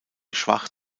schwach